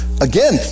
again